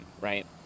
right